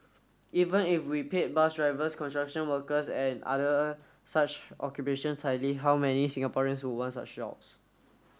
even if we paid bus drivers construction workers and other such occupations highly how many Singaporeans would want such jobs